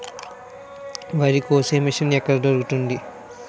వరి కోసే మిషన్ ఎక్కడ దొరుకుతుంది?